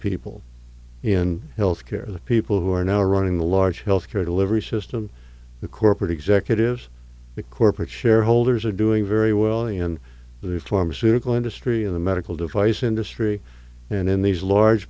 people in health care the people who are now running the large health care delivery system the corporate executives the corporate shareholders are doing very well in the pharmaceutical industry in the medical device industry and in these large